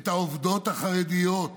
את העובדות החרדיות,